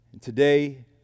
Today